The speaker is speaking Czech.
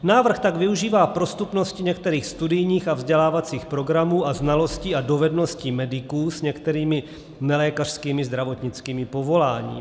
Návrh tak využívá prostupnosti některých studijních a vzdělávacích programů a znalostí a dovedností mediků s některými nelékařskými zdravotnickými povoláními.